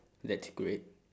that's great